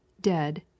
dead